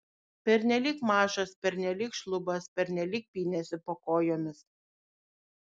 pernelyg mažas pernelyg šlubas pernelyg pynėsi po kojomis